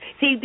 See